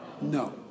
No